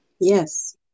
Yes